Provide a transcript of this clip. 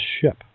ship